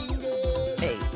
hey